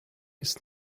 ist